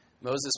Moses